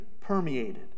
permeated